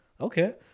okay